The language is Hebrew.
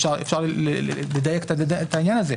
אפשר לדייק את העניין הזה,